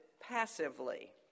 passively